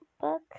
book